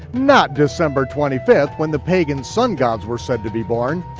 not december twenty fifth, when the pagan sun-gods were said to be born.